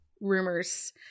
rumors